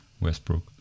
Westbrook